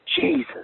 Jesus